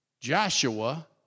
Joshua